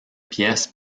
pièces